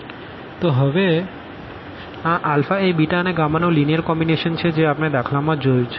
4 3 5 10 1 3 22 1 1 1122 તો હવે આ એ અને નો લીનીઅર કોમ્બીનેશન છે જે આપણે દાખલા માં જોયું છે